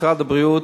משרד הבריאות,